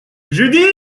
judith